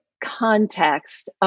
context